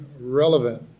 relevant